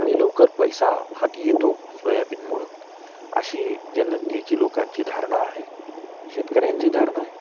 आणि लवकर पैसा हाती येतो सोयाबीनमुळं अशी जनतेची लोकांची धारणा आहे शेतकऱ्यांची धारणा आहे